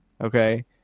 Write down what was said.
Okay